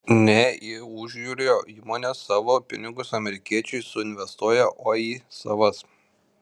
ne į užjūrio įmones savo pinigus amerikiečiai suinvestuoja o į savas